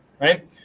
right